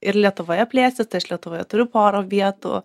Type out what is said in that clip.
ir lietuvoje plėstis tai aš lietuvoje turiu porą vietų